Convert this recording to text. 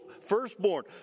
firstborn